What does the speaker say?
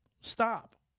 stop